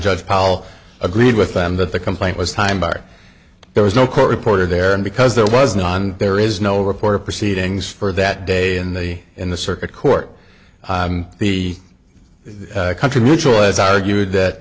judge paul agreed with them that the complaint was time barred there was no court reporter there and because there was no on there is no report of proceedings for that day in the in the circuit court the country mutual was argue